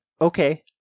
Okay